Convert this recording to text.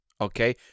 Okay